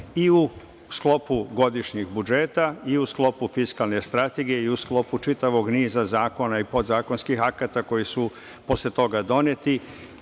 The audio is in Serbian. i u sklopu godišnjeg budžeta i u sklopu fiskalne strategije i u sklopu čitavog niza zakona i podzakonskih akata, koji su posle toga doneti